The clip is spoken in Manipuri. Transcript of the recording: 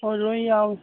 ꯑꯣ ꯂꯣꯏ ꯌꯥꯎꯏ